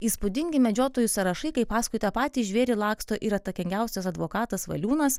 įspūdingi medžiotojų sąrašai kaip paskui tą patį žvėrį laksto ir atsakingiausias advokatas valiūnas